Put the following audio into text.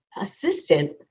Assistant